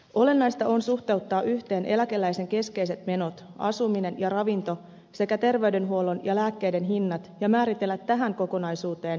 olennaista on suhteuttaa yhteen eläkeläisen keskeiset menot asuminen ja ravinto sekä terveydenhuollon ja lääkkeiden hinnat ja määritellä tähän kokonaisuuteen riittävä tulotaso